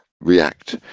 react